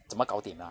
怎么 gao dim ah